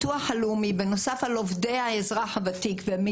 בנוסף לעובדי האזרח הוותיק והמתנדבים,